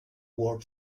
warp